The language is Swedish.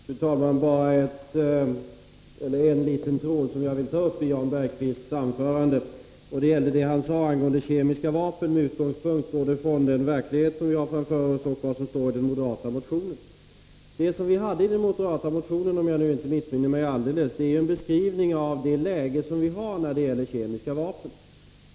Fru talman! Jag vill bara ta upp en liten tråd i Jan Bergqvists anförande. Det gällde vad han sade angående kemiska vapen, både med utgångspunkt i den verklighet vi har framför oss och i vad som står i den moderata motionen. Om jag inte missminner mig alldeles fanns i den moderata motionen en beskrivning av det läge som råder när det gäller kemiska vapen.